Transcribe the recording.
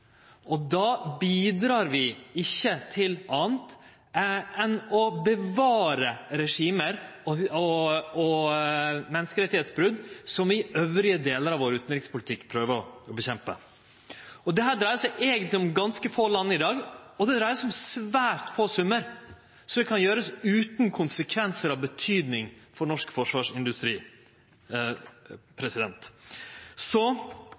vi ikkje til anna enn å bevare regime og menneskerettsbrot som vi i dei andre delane av utanrikspolitikken vår prøver å kjempe mot. Dette dreier seg eigentleg om ganske få land i dag, og det dreier seg om svært små summar, så dette kan gjerast utan konsekvensar av betyding for norsk forsvarsindustri.